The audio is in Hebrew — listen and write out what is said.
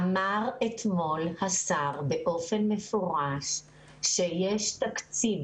השר אמר אתמול באופן מפורש שיש תקציב